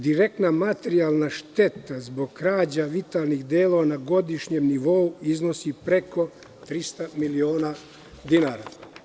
Direktna materijalna šteta zbog krađa vitalnih delova na godišnjem nivou iznosi preko 300 miliona dinara.